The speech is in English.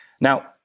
Now